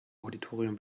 auditorium